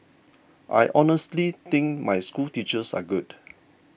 I honestly think my schoolteachers are good